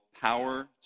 Power